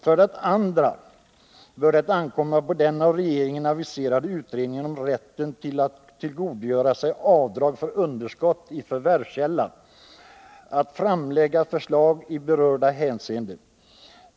För det andra bör det ankomma på den av regeringen aviserade utredningen om rätten att tillgodogöra sig avdrag för underskott i förvärvskälla att framlägga förslag i berörda hänseenden.